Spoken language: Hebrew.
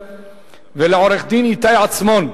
ועורך-הדין איתי עצמון,